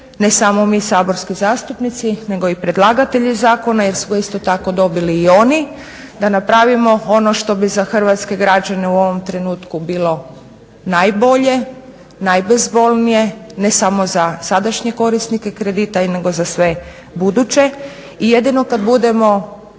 ne samo mi saborski zastupnici nego i predlagatelji zakona jer su ga isto tako dobili i oni, da napravimo ono što bi za hrvatske građane u ovom trenutku bilo najbolje, najbezbolnije, ne samo za sadašnje korisnike kredita, nego za sve buduće. I jedino kad budemo